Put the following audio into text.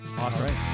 Awesome